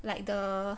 like the